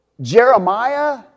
Jeremiah